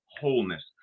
wholeness